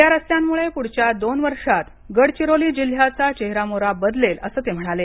या रस्त्यांमुळे पुढच्या दोन वर्षात गडचिरोली जिल्ह्याचा चेहेरामोहरा बदलेल असं ते म्हणाले